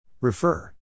Refer